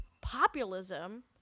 populism